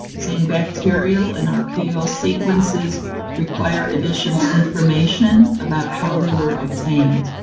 saying bacterial and archaeal sequences require additional information about how they were obtained.